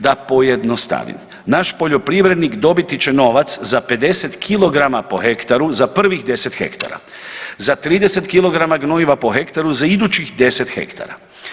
Da pojednostavim, naš poljoprivrednik dobiti će novac za 50 kg po hektaru za prvih 10 hektara, za 30 kg gnojiva po hektara za idućih 10 hektara.